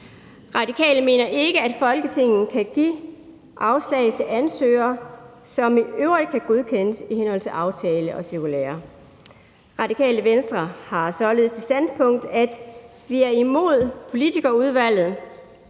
Radikale mener ikke, at Folketinget kan give afslag til ansøgere, som i øvrigt kan godkendes i henhold til aftale og cirkulære. Radikale Venstre har således det standpunkt, at vi er imod politikerudvalget,